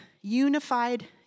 unified